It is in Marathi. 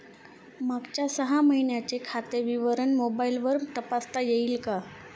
मागच्या सहा महिन्यांचे खाते विवरण मोबाइलवर तपासता येईल का?